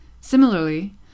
Similarly